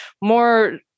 more